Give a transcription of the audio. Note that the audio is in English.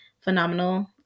Phenomenal